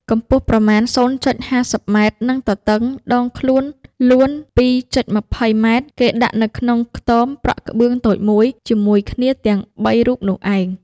កម្ពស់ប្រមាណ ០.៥០ម និងទទឹងដងខ្លួនលួន ០.២០ម គេដាក់នៅក្នុងខ្ទមប្រក់ក្បឿងតូចមួយ ជាមួយគ្នាទាំង ៣រូបនោះឯង ។